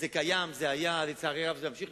זה קיים, זה היה, לצערי הרב זה ימשיך